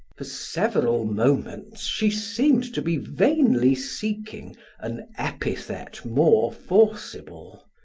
for several moments she seemed to be vainly seeking an epithet more forcible.